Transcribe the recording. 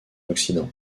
occident